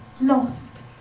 lost